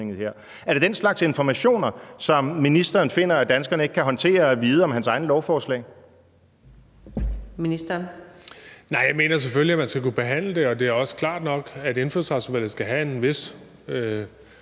Er det den slags informationer, som ministeren finder at danskerne ikke kan håndtere at vide om hans egne lovforslag?